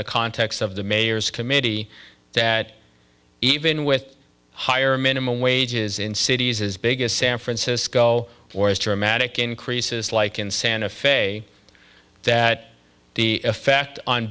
the context of the mayor's committee that even with higher minimum wages in cities as big as san francisco or as dramatic increases like in santa fe that the effect on